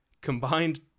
Combined